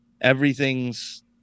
everything's